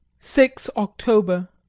six october,